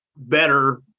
better